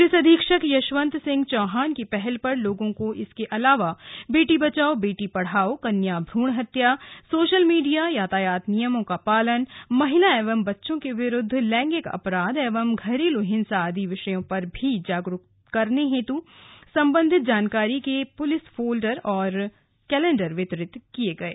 police अधीक्षक यशवंत सिंह चौहान की पहल पर लोगों को इसके अलावा बेटी बचाओ बेटी पढाओ कन्या भ्रूण हत्या सोशल मीडिया यातायात नियमों का पालन महिला एंव बच्चों के विरुद्ध लैगिंग अपराध एंव घरेलू हिंसा आदि विषय पर भी जागरूक करते हुए सम्बन्धित जानकारी के पुलिस फोल्डर और कैलेण्डर वितरित किये गये